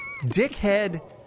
Dickhead